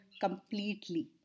completely